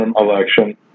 election